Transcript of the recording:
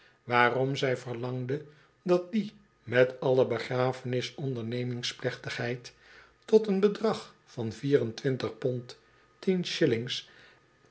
waarom zij verlangde dat die met allebegrafenisondernemings plechtigheid tot een bedrag van vier en twintig pond